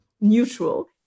neutral